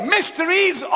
Mysteries